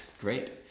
great